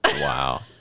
Wow